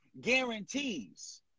guarantees